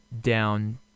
down